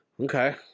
Okay